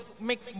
make